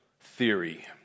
theory